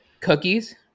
Cookies